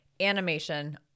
Animation